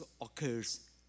occurs